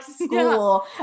school